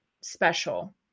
special